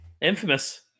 Infamous